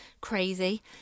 crazy